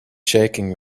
shaking